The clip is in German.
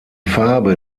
farbe